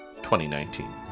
2019